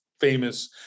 famous